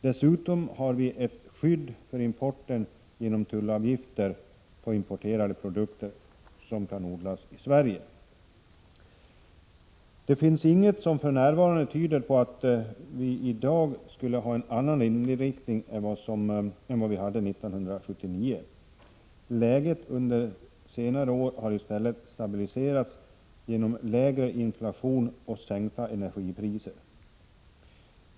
Dessutom har vi ett skydd för importen genom tullavgifter på importerade produkter som kan odlas i Sverige. Det finns inget som för närvarande tyder på att vi i dag skulle ha en annan inriktning än vad vi hade 1979. Läget under senare år har i stället stabiliserats genom lägre inflation och sänkta energipriser.